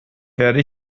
werde